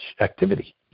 activity